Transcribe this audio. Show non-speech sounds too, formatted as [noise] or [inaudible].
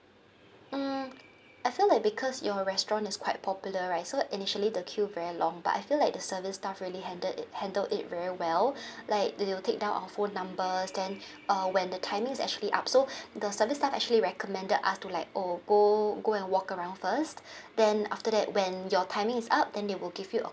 mm I feel like because your restaurant is quite popular right so initially the queue very long but I feel like the service staff really handled it handled it very well [breath] like they'll take down our phone numbers then uh when the timing is actually up so the service staff actually recommended us to like oh go go and walk around first [breath] then after that when your timing is up then they will give you a